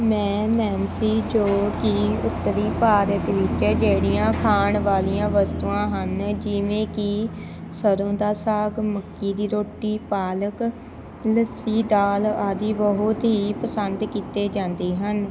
ਮੈਂ ਨੈਨਸੀ ਜੋ ਕਿ ਉੱਤਰੀ ਭਾਰਤ ਵਿੱਚ ਜਿਹੜੀਆਂ ਖਾਣ ਵਾਲੀਆਂ ਵਸਤੂਆਂ ਹਨ ਜਿਵੇਂ ਕਿ ਸਰ੍ਹੋਂ ਦਾ ਸਾਗ ਮੱਕੀ ਦੀ ਰੋਟੀ ਪਾਲਕ ਲੱਸੀ ਦਾਲ ਆਦਿ ਬਹੁਤ ਹੀ ਪਸੰਦ ਕੀਤੇ ਜਾਂਦੇ ਹਨ